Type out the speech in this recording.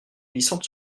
glissante